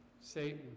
Satan